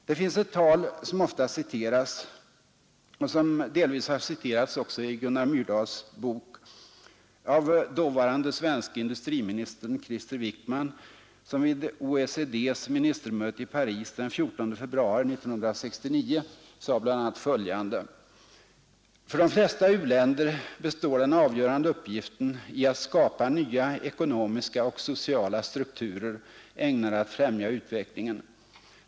Det finns ett tal, som ofta citeras, bl.a. i Gunnar Myrdals bok, av dåvarande svenske industriministern Krister Wickman, som vid OECD:s ministermöte i Paris den 14 februari 1969 sade bl.a. följande: ”För de flesta u-länder består den avgörande uppgiften i att skapa nya ekonomiska och sociala strukturer ägnade att främja utvecklingen.